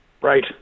Right